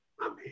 Amen